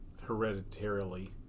hereditarily